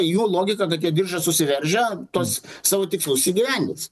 jų logika kad jie diržą susiveržę tuos savo tikslus įgyvendins